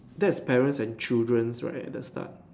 that's parents and children is right at the start